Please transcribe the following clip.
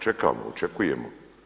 Čekamo, očekujemo.